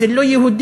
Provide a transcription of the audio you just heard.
זה לא יהודי.